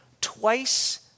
twice